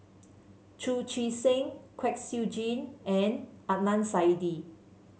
Chu Chee Seng Kwek Siew Jin and Adnan Saidi